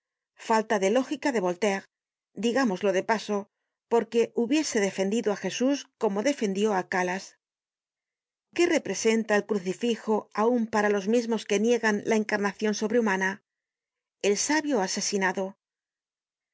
falta de lógica de voltaire digámoslo de paso porque hubiese defendido á jesús como defendió á galas qué representa el crucifijo aun para los mismos que niegan la encarnacion sobrehumana el sabio asesinado la